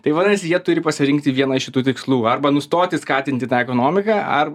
tai vadinasi jie turi pasirinkti vieną iš šitų tikslų arba nustoti skatinti tą ekonomiką ar